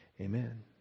Amen